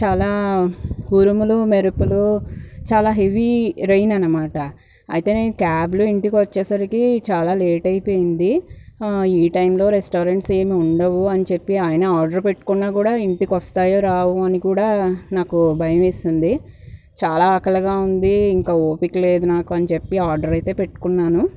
చాలా ఉరుములు మెరుపులు చాలా హెవీ రైన్ అనమాట అయితే నేను క్యాబ్లో ఇంటికి వచ్చేసరికి చాలా లేట్ అయిపోయింది ఈ టైంలో రెస్టారెంట్స్ ఏమి ఉండవు అని చెప్పి అయినా ఆర్డర్ పెట్టుకున్నా కూడా ఇంటికి వస్తాయో రావో అని కూడా నాకు భయమేసింది చాలా ఆకలిగా ఉంది ఇంక ఓపిక లేదు నాకు అని చెప్పి ఆర్డర్ అయితే పెట్టుకున్నాను